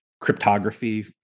cryptography